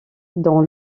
dont